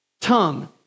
tongue